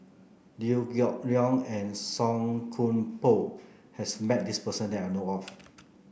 Liew Geok Leong and Song Koon Poh has met this person that I know of